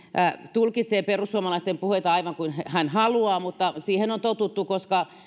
tulkitsee perussuomalaisten puheita aivan kuin hän haluaa mutta siihen on totuttu koska